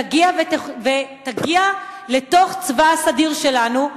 תגיע לתוך הצבא הסדיר שלנו,